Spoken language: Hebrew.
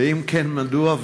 2. אם כן, מדוע?